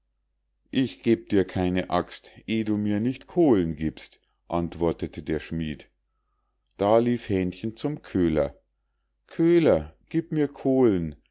ich geb dir keine axt eh du mir nicht kohlen giebst antwortete der schmied da lief hähnchen zum köhler köhler gieb mir kohlen